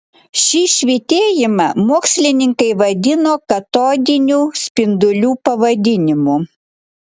šį švytėjimą mokslininkai vadino katodinių spindulių pavadinimu